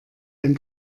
ein